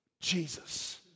Jesus